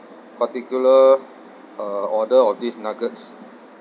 particular uh order of this nuggets